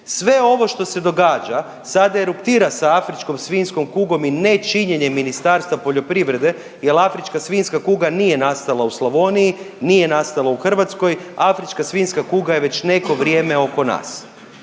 Sve ovo što se događa sada eruptira sa afričkom svinjskom kugom i nečinjenjem Ministarstva poljoprivrede jel afrička svinjska kuga nije nastala u Slavoniji, nije nastala u Hrvatskoj, afrička svinjska kuga je već neko vrijeme oko nas.